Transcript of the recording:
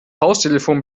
haustelefon